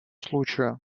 случаю